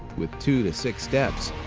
with two to six steps,